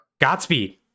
Godspeed